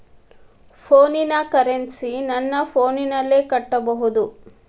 ಫೋನಿನ ಕರೆನ್ಸಿ ನನ್ನ ಫೋನಿನಲ್ಲೇ ಕಟ್ಟಬಹುದು?